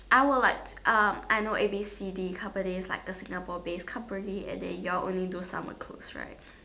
I will like to um I know A B C D company like the Singapore based companies and then you all only do summer clothes right